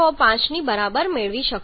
465 ની બરાબર મેળવશો